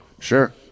sure